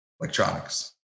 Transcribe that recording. Electronics